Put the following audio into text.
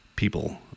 People